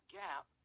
gap